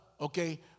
Okay